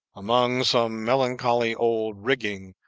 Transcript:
among some melancholy old rigging,